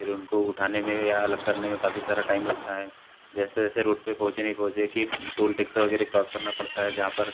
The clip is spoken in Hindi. फिर उनको उठाने में या अलग करने में काफ़ी सारा टाइम लगता है जैसे तैसे रोड पर पहुँचे नहीं पहुँचे कि टोल टेक्स वगैरह क्रॉस करना पड़ता है जहाँ पर